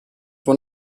one